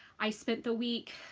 i spent the week